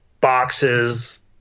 boxes